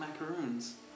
macaroons